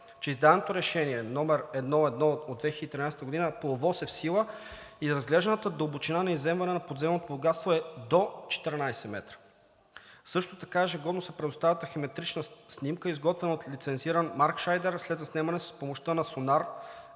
че издаденото решение № 1-1 от 2013 г. по ОВОС е в сила и разглежданата дълбочина на изземване на подземното богатство е до 14 м. Също така ежегодно се предоставя тахиметрична снимка, изготвена от лицензиран маркшайдер след заснемане с помощта на сонар,